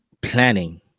planning